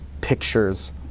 pictures